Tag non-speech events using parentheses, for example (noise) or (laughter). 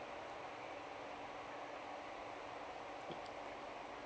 (noise)